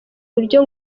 uburyo